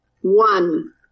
One